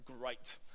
great